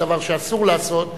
דבר שאסור לעשות,